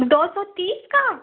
दो सौ तीस का